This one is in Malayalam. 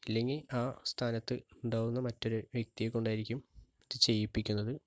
ഇല്ലെങ്കിൽ ആ സ്ഥാനത്ത് ഉണ്ടാകുന്ന മറ്റൊരു വ്യക്തിയെക്കൊണ്ടായിരിക്കും ഇത് ചെയ്യിപ്പിക്കുന്നത്